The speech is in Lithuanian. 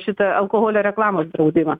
šitą alkoholio reklamos draudimą